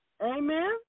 Amen